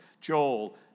Joel